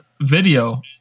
video